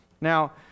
Now